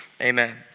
amen